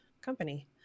company